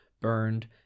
burned